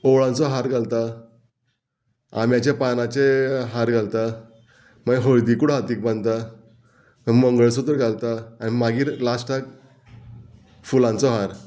ओवळांचो हार घालता आम्याच्या पानाचे हार घालता मागीर हळदी कुडो हातीक बांदता मागीर मंगळसोतर घालता आनी मागीर लास्टाक फुलांचो हार